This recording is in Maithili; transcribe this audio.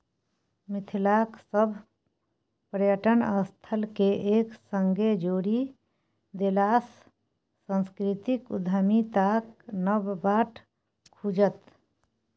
मिथिलाक सभ पर्यटन स्थलकेँ एक संगे जोड़ि देलासँ सांस्कृतिक उद्यमिताक नब बाट खुजत